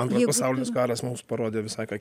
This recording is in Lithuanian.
antras pasaulinis karas mums parodė visai ką